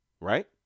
Right